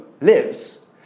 lives